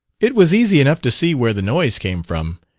it was easy enough to see where the noise came from,